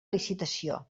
licitació